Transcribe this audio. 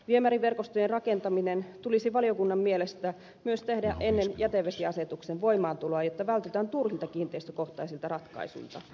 viemäriverkostojen rakentaminen tulisi valiokunnan mielestä myös tehdä ennen jätevesiasetuksen voimaantuloa jotta vältytään turhilta kiinteistökohtaisilta ratkaisuilta